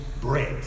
bread